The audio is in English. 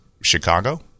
Chicago